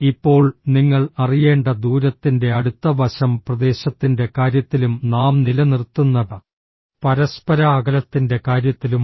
ഇപ്പോൾ നിങ്ങൾ അറിയേണ്ട ദൂരത്തിൻറെ അടുത്ത വശം പ്രദേശത്തിൻറെ കാര്യത്തിലും നാം നിലനിർത്തുന്ന പരസ്പര അകലത്തിൻറെ കാര്യത്തിലുമാണ്